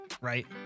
right